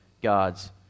God's